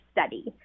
study